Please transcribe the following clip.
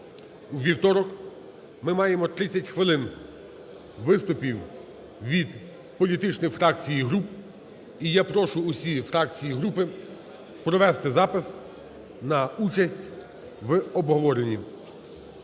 вівторок ми маємо 30 хвилин виступів від політичних фракцій і груп. І я прошу усі фракції і групи провести запис на участь в обговоренні.